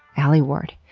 alie ward,